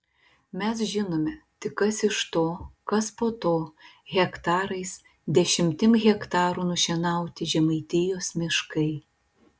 mes žinome tik kas iš to kas po to hektarais dešimtim hektarų nušienauti žemaitijos miškai